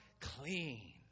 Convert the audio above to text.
clean